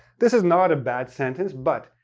this is not a bad sentence, but,